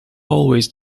always